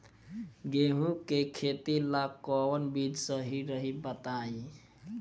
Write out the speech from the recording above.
गेहूं के खेती ला कोवन बीज सही रही बताई?